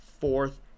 fourth